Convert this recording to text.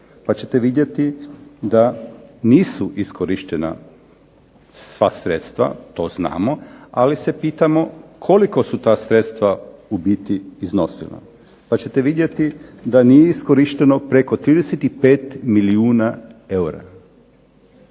pa ćete vidjeti da nisu iskorištena sva sredstva, to znamo, ali se pitamo koliko su ta sredstva u biti iznosila. Pa ćete vidjeti da nije iskorišteno preko 35 milijuna eura.